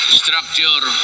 structure